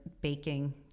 baking